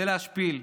זה להשפיל,